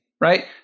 right